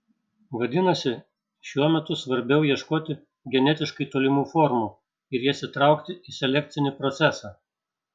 vadinasi šiuo metu svarbiau ieškoti genetiškai tolimų formų ir jas įtraukti į selekcinį procesą